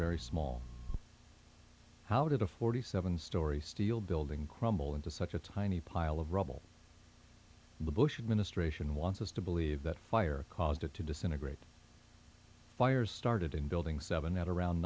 very small how did a forty seven story steel building crumble into such a tiny pile of rubble the bush administration wants us to believe that fire caused it to disintegrate fires started in building seven at around